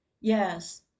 Yes